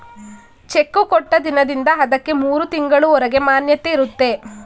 cheque ಕೊಟ್ಟ ದಿನದಿಂದ ಅದಕ್ಕೆ ಮೂರು ತಿಂಗಳು ಹೊರಗೆ ಮಾನ್ಯತೆ ಇರುತ್ತೆ